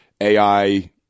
AI